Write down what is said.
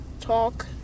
talk